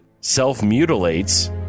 Self-mutilates